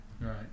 Right